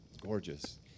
Gorgeous